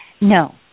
No